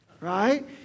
right